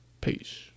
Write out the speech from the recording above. Peace